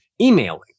emailing